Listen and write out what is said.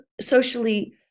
socially